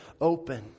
open